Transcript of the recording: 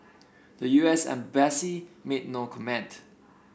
the U S embassy made no comment